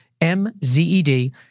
M-Z-E-D